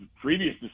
previous